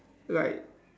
like